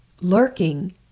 lurking